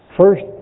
First